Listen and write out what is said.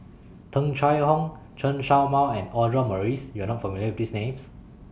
Tung Chye Hong Chen Show Mao and Audra Morrice YOU Are not familiar with These Names